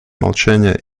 молчание